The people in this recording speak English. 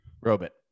robot